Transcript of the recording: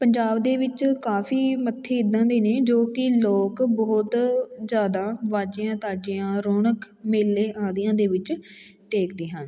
ਪੰਜਾਬ ਦੇ ਵਿੱਚ ਕਾਫੀ ਮੱਥੇ ਇੱਦਾਂ ਦੇ ਨੇ ਜੋ ਕਿ ਲੋਕ ਬਹੁਤ ਜ਼ਿਆਦਾ ਵਾਜਿਆਂ ਤਾਜਿਆਂ ਰੌਣਕ ਮੇਲੇ ਆਦੀਆਂ ਦੇ ਵਿੱਚ ਟੇਕਦੇ ਹਨ